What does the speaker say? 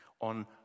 on